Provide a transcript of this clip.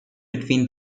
between